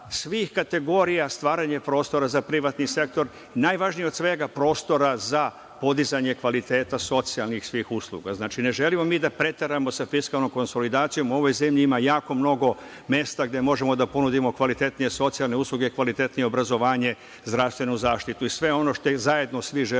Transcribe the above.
svih kategorija, stvaranje prostora za privatni sektor i najvažnije od svega – prostora za podizanje kvaliteta socijalnih svih usluga. Znači, ne želimo mi da preteramo sa fiskalnom konsolidacijom. U ovoj zemlji ima jako mnogo mesta gde možemo da ponudimo kvalitetnije socijalne usluge, kvalitetnije obrazovanje, zdravstvenu zaštitu i sve ono što zajedno svi želimo